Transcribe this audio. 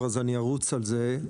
אז ארוץ על זה.